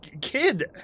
kid